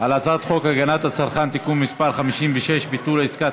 על הצעת חוק הגנת הצרכן (תיקון מס' 56) (ביטול עסקת